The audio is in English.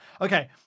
Okay